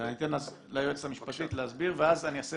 אני אתן ליועצת המשפטית להסביר, ואז אני אעשה